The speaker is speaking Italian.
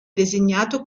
designato